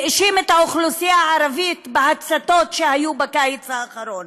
והאשים את האוכלוסייה הערבית בהצתות שהיו בקיץ האחרון,